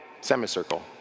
semicircle